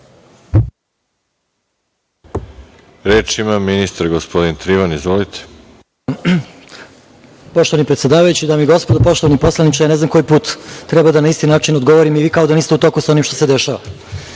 Reč ima ministar gospodin Trivan. Izvolite. **Goran Trivan** Poštovani predsedavajući, dame i gospodo, poštovani poslaniče, ne znam koji put treba da na isti način odgovorim i vi kao da niste u toku sa onim što se dešava. Dakle,